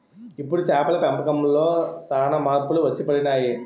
ఇప్పుడు చేపల పెంపకంలో సాన మార్పులు వచ్చిపడినాయి